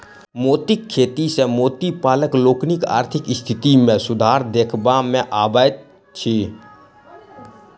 मोतीक खेती सॅ मोती पालक लोकनिक आर्थिक स्थिति मे सुधार देखबा मे अबैत अछि